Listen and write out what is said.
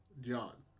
John